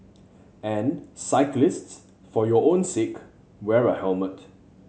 and cyclists for your own sake wear a helmet